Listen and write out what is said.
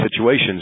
situations